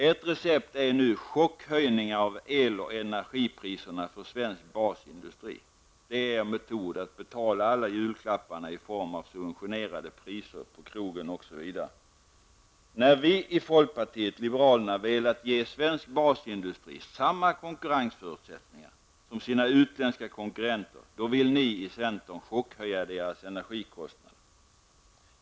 Ert recept är nu chockhöjningar av el och energipriserna för svensk basindustri -- det är centerns metod att betala alla julklapparna i form av subventionerade priser på krogen, osv. När vi i folkpartiet liberalerna velat ge svensk industri samma konkurrensförutsättningar som sina utländska konkurrenter, då vill ni i centern chockhöja deras energikostnader.